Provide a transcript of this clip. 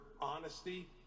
honesty